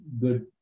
good